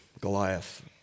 Goliath